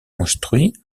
construits